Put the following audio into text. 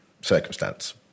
circumstance